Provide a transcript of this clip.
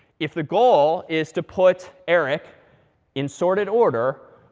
if the goal is to put eric in sorted order.